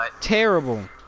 terrible